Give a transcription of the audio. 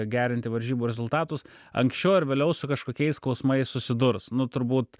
gerinti varžybų rezultatus anksčiau ar vėliau su kažkokiais skausmais susidurs nu turbūt